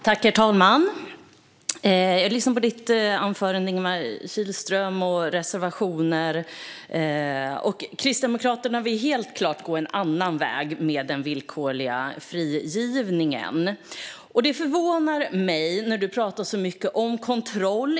Herr talman! Jag lyssnade på Ingemar Kihlströms anförande och reservationer. Kristdemokraterna vill helt klart gå en annan väg med den villkorliga frigivningen. Det förvånar mig, eftersom Ingemar Kihlström talar så mycket om kontroll.